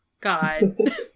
God